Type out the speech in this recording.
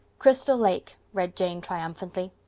crystal lake, read jane triumphantly.